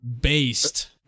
based